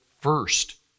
first